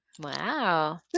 Wow